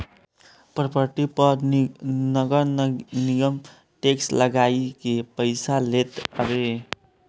property पअ नगरनिगम tax लगाइ के पईसा लेत हवे